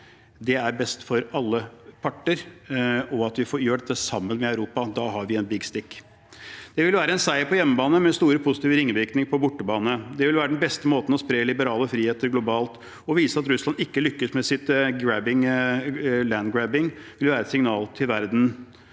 det er best for alle parter – og at vi gjør dette sammen med Europa. Da har vi en «big stick». Det vil være en seier på hjemmebane med store, positive ringvirkninger på bortebane. Det vil være den beste måten å spre liberale friheter globalt på. Å vise at Russland ikke lykkes med sin «land grabbing», vil være et signal til verden,